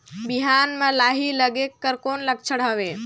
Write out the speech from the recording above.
बिहान म लाही लगेक कर कौन लक्षण हवे?